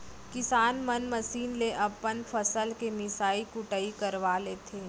किसान मन मसीन ले अपन फसल के मिसई कुटई करवा लेथें